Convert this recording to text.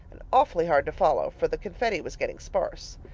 and awfully hard to follow, for the confetti was getting sparse.